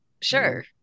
Sure